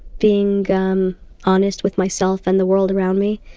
being um honest with myself, and the world around me.